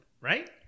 right